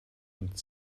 und